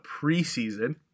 preseason